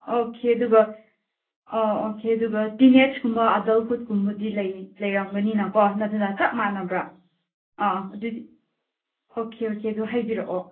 okay ꯑꯗꯨꯒ ꯑꯥ okay ꯑꯗꯨꯒ ꯇꯤꯟꯑꯦꯖ ꯀꯨꯝꯕ ꯑꯗꯜꯍꯨꯗ ꯀꯨꯝꯕꯗꯤ ꯂꯩꯔꯝꯒꯅꯤꯅꯀꯣ ꯑꯗꯨꯅ ꯆꯞ ꯃꯥꯟꯅꯕ꯭ꯔꯥ ꯑꯥ ꯑꯗꯨꯗꯤ ꯑꯣꯀꯦ ꯑꯣꯀꯦ ꯑꯗꯨ ꯍꯥꯏꯕꯤꯔꯛꯑꯣ